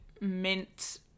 mint